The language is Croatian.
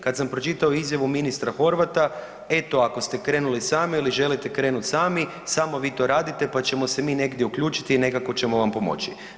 Kada sam pročitao izjavu ministra Horvata, eto ako ste krenuli sami ili želite krenuti sami, samo vi to radite pa ćemo se mi negdje uključiti i nekako ćemo vam pomoći.